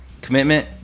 commitment